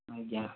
ଆଜ୍ଞା